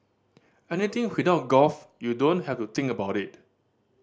anything without golf you don't have to think about it